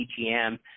PGM